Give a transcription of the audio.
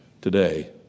today